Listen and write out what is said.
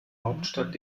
hauptstadt